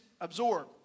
absorb